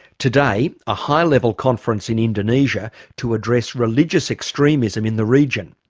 today a high level conference in indonesia to address religious extremism in the region.